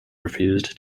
refused